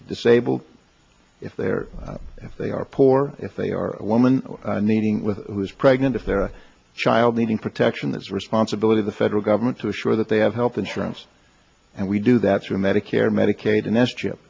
disabled if they're if they are poor if they are a woman needing with who is pregnant if their child needing protection that's responsibility the federal government to assure that they have health insurance and we do that through medicare medicaid and s chip